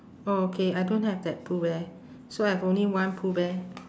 oh okay I don't have that pooh bear so I have only one pooh bear